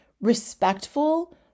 respectful